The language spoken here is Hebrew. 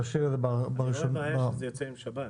השאלה אם זה משנה שזה שבת.